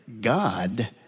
God